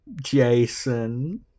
Jason